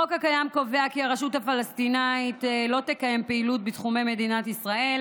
החוק הקיים קובע כי הרשות הפלסטינית לא תקיים פעילות בתחומי מדינת ישראל